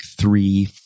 three